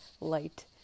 light